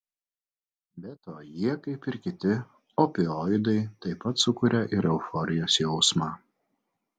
be to jie kaip ir kiti opioidai taip pat sukuria ir euforijos jausmą